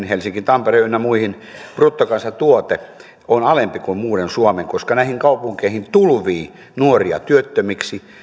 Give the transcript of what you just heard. helsingin tampereen ynnä muiden bruttokansantuote on alempi kuin muun suomen koska näihin kaupunkeihin tulvii nuoria työttömiksi